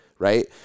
right